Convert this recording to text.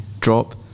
drop